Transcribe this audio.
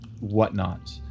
whatnot